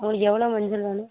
உங்களுக்கு எவ்வளோ மஞ்சள் வேணும்